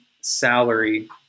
salary